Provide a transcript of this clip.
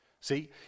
See